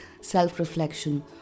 self-reflection